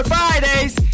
Fridays